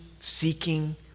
seeking